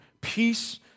Peace